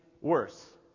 worse